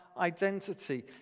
identity